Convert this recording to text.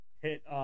hit